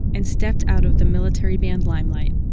and stepped out of the military-band-limelight,